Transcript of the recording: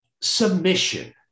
Submission